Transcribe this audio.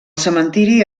cementiri